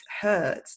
hurt